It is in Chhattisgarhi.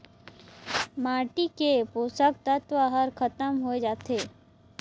माटी के पोसक तत्व हर खतम होए जाथे